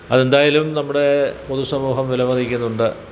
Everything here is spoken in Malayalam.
അതെന്തായാലും നമ്മുടെ പൊതു സമൂഹം വില മതിക്കുന്നുണ്ട്